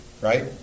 right